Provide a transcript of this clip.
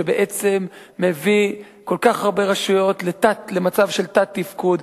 שבעצם מביא כל כך הרבה רשויות למצב של תת-תפקוד.